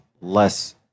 less